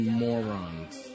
morons